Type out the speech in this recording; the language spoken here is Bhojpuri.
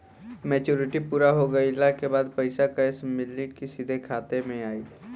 मेचूरिटि पूरा हो गइला के बाद पईसा कैश मिली की सीधे खाता में आई?